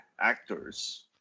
actors